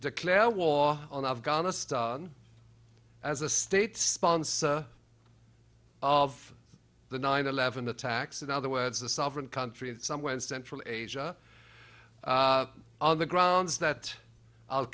declare war on afghanistan as a state sponsor of the nine eleven attacks in other words a sovereign country somewhere in central asia on the grounds that